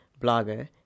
blogger